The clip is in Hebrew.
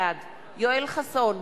בעד יואל חסון,